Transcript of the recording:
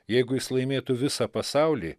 jeigu jis laimėtų visą pasaulį